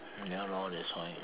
ya lor that's why